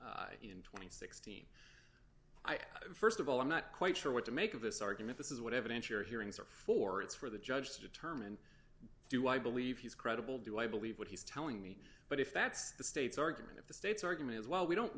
and sixteen i st of all i'm not quite sure what to make of this argument this is what evidence your hearings are for it's for the judge to determine do i believe he's credible do i believe what he's telling me but if that's the state's argument if the state's argument is well we don't